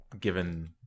given